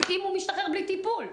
אם הוא משתחרר בלי טיפול.